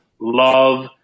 love